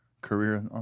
career